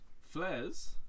flares